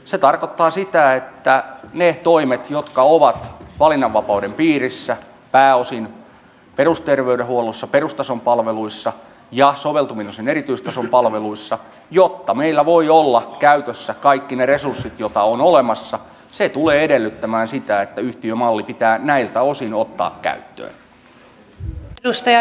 se tarkoittaa niitä toimia jotka ovat valinnanvapauden piirissä pääosin perusterveydenhuollossa perustason palveluissa ja soveltuvin osin erityistason palveluissa ja jotta meillä voivat olla käytössä kaikki ne resurssit joita on olemassa se tulee edellyttämään sitä että yhtiömalli pitää näiltä osin ottaa käyttöön